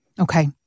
Okay